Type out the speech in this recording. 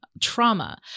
trauma